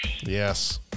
Yes